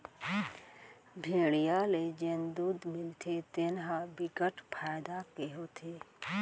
भेड़िया ले जेन दूद मिलथे तेन ह बिकट फायदा के होथे